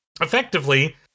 effectively